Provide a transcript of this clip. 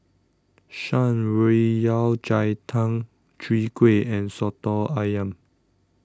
Shan Rui Yao Cai Tang Chwee Kueh and Soto Ayam